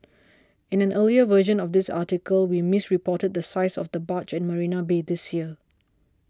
in an earlier version of this article we misreported the size of the barge at Marina Bay this year